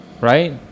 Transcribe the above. right